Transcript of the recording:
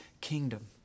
kingdom